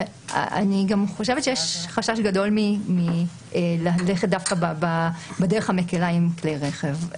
ואני גם חושבת שיש חשש גדול מללכת דווקא בדרך המקלה עם כלי רכב.